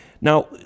Now